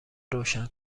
روشن